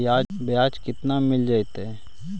बियाज केतना मिललय से?